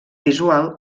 visual